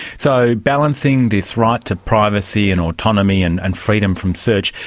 so balancing this right to privacy and autonomy and and freedom from search,